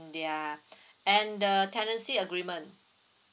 their and the tenancy agreement